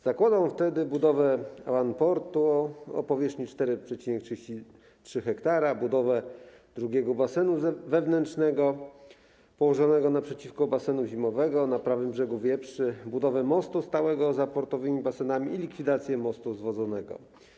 Zakładał wtedy budowę portu o powierzchni 4,33 ha, budowę drugiego basenu wewnętrznego położonego naprzeciwko basenu zimowego, na prawym brzegu Wieprzy, budowę mostu stałego z portowymi basenami i likwidację mostu zwodzonego.